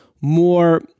more